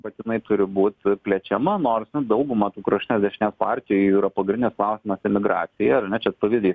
bet inai turi būt plečiama nors nu dauguma tų kraštutinės dešinės partijų jų yra pagrindinis klausimas emigracija ar ne čia pavyzdys